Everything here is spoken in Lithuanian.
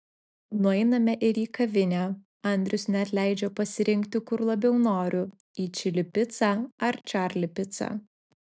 nueiname ir į kavinę andrius net leidžia pasirinkti kur labiau noriu į čili picą ar čarli picą